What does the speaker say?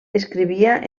escrivia